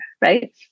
right